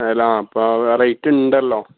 അതല്ല അപ്പം റേറ്റ് ഉണ്ടല്ലോ